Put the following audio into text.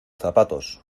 zapatos